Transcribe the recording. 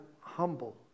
humble